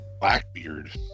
blackbeard